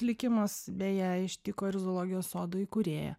likimas beje ištiko ir zoologijos sodo įkūrėją